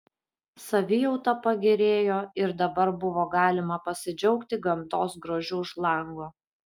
savijauta pagerėjo ir dabar buvo galima pasidžiaugti gamtos grožiu už lango